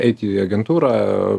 eit į agentūrą